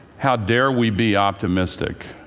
how dare we be optimistic?